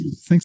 Thanks